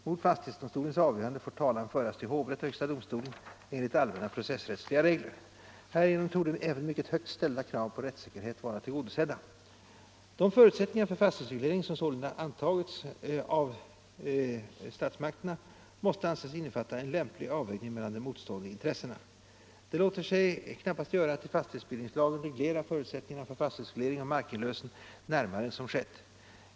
Mot fastighetsdomstolens avgörande får talan föras till hovrätt och högsta domstolen enligt allmänna processrättsliga regler. Härigenom torde även mycket högt ställda krav på rättssäkerhet vara tillgodosedda. De förutsättningar för fastighetsreglering som sålunda antagits av statsmakterna måste anses innefatta en lämplig avvägning mellan de motstående intressena. Det låter sig heller knappast göra att i fastighetsbildningslagen reglera förutsättningarna för fastighetsreglering och markinlösen närmare än som skett.